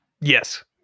Yes